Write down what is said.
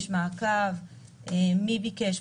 יש מעקב מי ביקש,